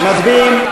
מצביעים.